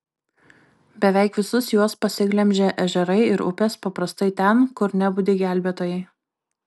beveik visus juos pasiglemžė ežerai ir upės paprastai ten kur nebudi gelbėtojai